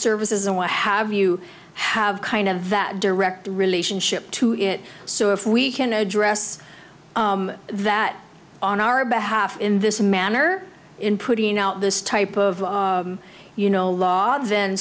services and what have you have kind of that direct relationship to it so if we can address that on our behalf in this manner in putting out this type of you know law then